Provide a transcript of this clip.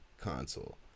console